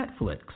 Netflix